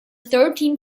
thirteen